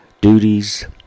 duties